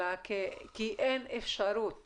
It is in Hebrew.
אלא כי אין אפשרות